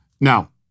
Now